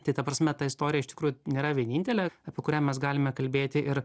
tai ta prasme ta istorija iš tikrųjų nėra vienintelė apie kurią mes galime kalbėti ir